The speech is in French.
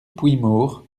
puymaure